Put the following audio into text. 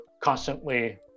constantly